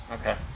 Okay